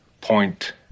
point